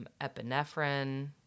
epinephrine